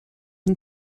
and